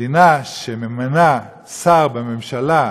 מדינה שממנה שר בממשלה,